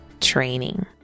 training